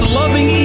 loving